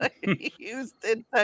Houston